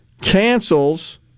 cancels